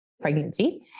pregnancy